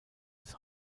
des